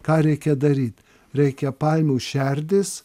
ką reikia daryt reikia palmių šerdis